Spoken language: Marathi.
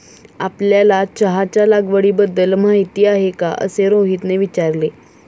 आपल्याला चहाच्या लागवडीबद्दल माहीती आहे का असे रोहितने विचारले?